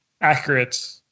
accurate